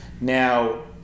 Now